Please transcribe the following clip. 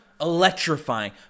electrifying